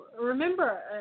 remember